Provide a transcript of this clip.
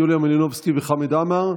יוליה מלינובסקי וחמד עמאר.